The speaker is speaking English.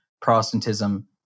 Protestantism